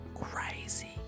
Crazy